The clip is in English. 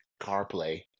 CarPlay